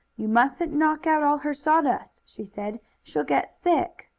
you mustn't knock out all her sawdust, she said. she'll get sick.